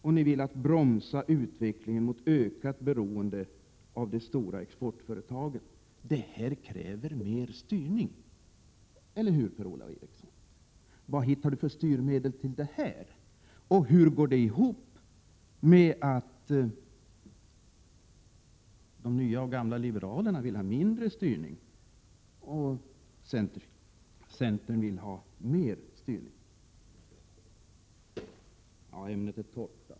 De vill bromsa utvecklingen mot ökat beroende av de stora exportföretagen. Det kräver mer styrning — eller hur, Per-Ola Eriksson? Vad har Per-Ola Eriksson för styrmedel att föreslå för att åstadkomma det? Hur går det ihop att de nya och gamla liberalerna vill ha mindre styrning och att centern vill ha mer styrning?